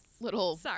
little